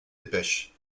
dépêche